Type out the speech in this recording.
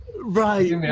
Right